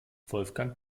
wolfgang